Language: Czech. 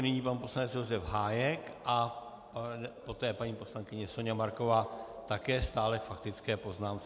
Nyní pan poslanec Josef Hájek a poté paní poslankyně Soňa Marková, také stále k faktické poznámce.